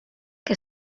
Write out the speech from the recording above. que